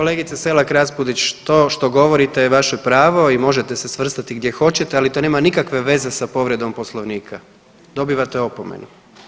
Kolegice Selak Raspudić, to što govorite je vaše pravo i možete se svrstati gdje hoćete, ali to nema nikakve veze sa povredom Poslovnika, dobivate opomenu.